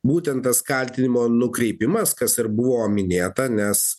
būtent tas kaltinimo nukreipimas kas ir buvo minėta nes